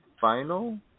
Final